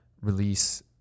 release